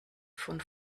von